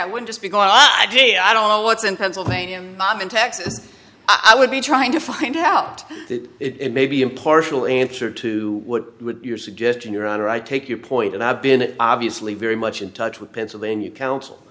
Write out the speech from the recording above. i would just because i did i don't know what's in pennsylvania i'm in texas i would be trying to find out that it may be impartial answer to what would your suggestion your honor i take your point and i've been obviously very much in touch with pennsylvania coun